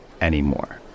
anymore